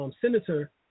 senator